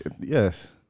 Yes